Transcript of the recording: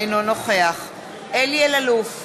אינו נוכח אלי אלאלוף,